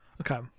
Okay